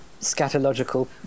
scatological